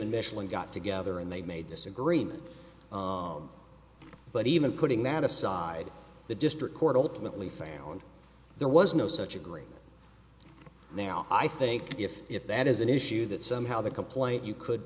michelin got together and they made this agreement but even putting that aside the district court ultimately found there was no such agree now i think if if that is an issue that somehow the complaint you could